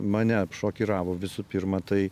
mane šokiravo visų pirma tai